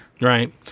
Right